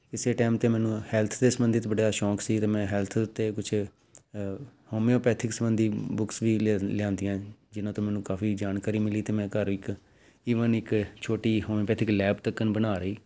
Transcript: ਇਸੇ ਟਾਈਮ 'ਤੇ ਮੈਨੂੰ ਹੈਲਥ ਦੇ ਸਬੰਧਿਤ ਬੜਾ ਸ਼ੌਕ ਸੀ ਅਤੇ ਮੈਂ ਹੈਲਥ ਉੱਤੇ ਕੁਛ ਹੋਮਿਓਪੈਥਿਕ ਸੰਬੰਧੀ ਬੁੱਕਸ ਵੀ ਲਿਆ ਲਿਆਂਦੀਆਂ ਜਿਹਨਾਂ ਤੋਂ ਮੈਨੂੰ ਕਾਫੀ ਜਾਣਕਾਰੀ ਮਿਲੀ ਅਤੇ ਮੈਂ ਘਰ ਇੱਕ ਈਵਨ ਇੱਕ ਛੋਟੀ ਹੋਮੋਪੈਥਿਕ ਲੈਬ ਤੱਕ ਬਣਾ ਲਈ